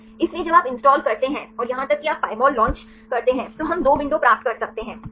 इसलिए जब आप इंस्टॉल करते हैं और यहां तक कि आप Pymol लॉन्च करते हैं तो हम 2 विंडो प्राप्त कर सकते हैं सही